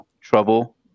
trouble